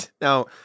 now